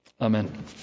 Amen